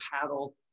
paddle